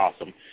Awesome